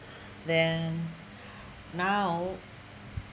then now